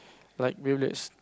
like